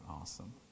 Awesome